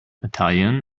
italian